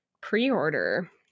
pre-order